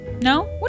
No